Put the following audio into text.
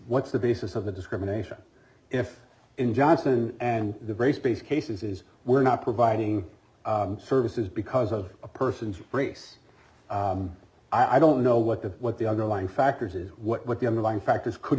what's the basis of the discrimination if in johnson and the race based cases we're not providing services because of a person's race i don't know what the what the underlying factors is what the underlying factors could